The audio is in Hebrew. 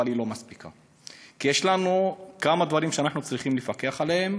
אבל היא לא מספיקה כי יש לנו כמה דברים שאנחנו צריכים לפקח עליהם,